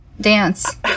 Dance